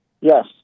Yes